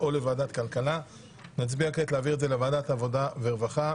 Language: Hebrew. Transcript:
אנחנו נצביע להעביר את זה לוועדת העבודה והרווחה.